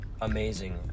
amazing